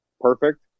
Perfect